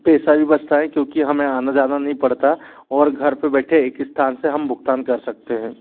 पैसा भी बचता है क्योंकि हमें आना जाना नई पड़ता और घर पे बैठे एक स्थान से हम भुगतान कर सकते हैं